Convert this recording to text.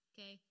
Okay